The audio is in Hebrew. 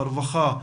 הרווחה,